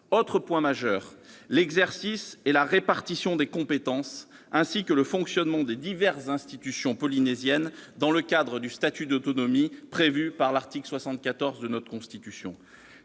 Troisièmement, l'exercice et la répartition des compétences, ainsi que le fonctionnement des diverses institutions polynésiennes dans le cadre du statut d'autonomie prévu par l'article 74 de notre Constitution,